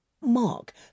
Mark